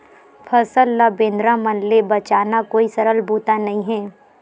फसल ल बेंदरा मन ले बचाना कोई सरल बूता नइ हे